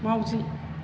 माउजि